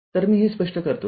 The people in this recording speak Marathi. तर मी हे स्पष्ट करतो